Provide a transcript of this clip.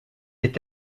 est